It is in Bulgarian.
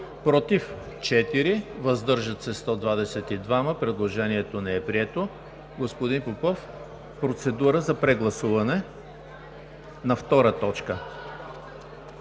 против 4, въздържали се 122. Предложението не е прието. Господин Попов, процедура за прегласуване на втора точка.